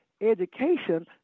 education